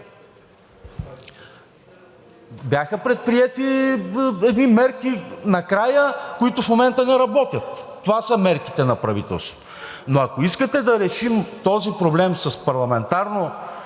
Бяха предприети едни мерки накрая, които в момента не работят. Това са мерките на правителството. Но ако искате да решим този проблем с парламентарно